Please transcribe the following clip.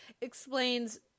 explains